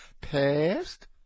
past